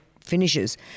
finishes